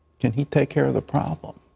can he take care of the problem?